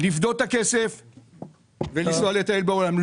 לפדות את הכסף ולנסוע לטייל בעולם.